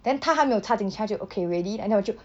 then 他还没有插进去他就 okay ready and then 我就